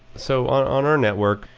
so on on our network,